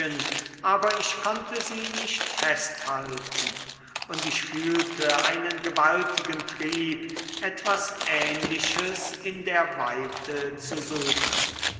aber ich konnte sie nicht festhalten und ich fühlte einen gewaltigen trieb etwas ähnliches in der weite zu suchen